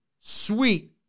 sweet